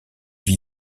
vit